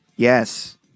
Yes